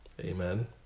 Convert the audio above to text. Amen